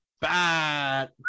bad